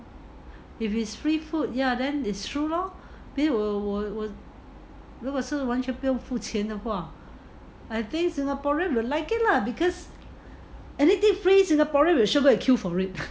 if it's free food ya then it's true lor then 我我我如果是完全不用付钱的话 I think singaporean will like it lah because and then free singaporeans will sure go and queue for it